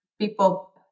People